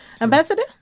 Ambassador